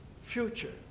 future